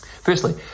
Firstly